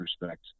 respect